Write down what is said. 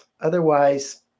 Otherwise